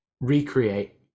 recreate